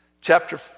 chapter